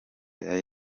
yari